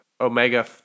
Omega